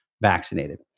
vaccinated